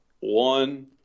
One